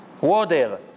Water